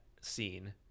scene